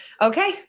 Okay